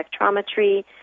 spectrometry